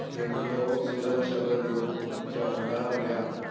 जंहिंखे हो सुरत छब्द योगु चवंदा हुया